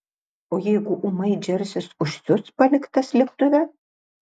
o jeigu ūmai džersis užsius paliktas lėktuve